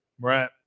Right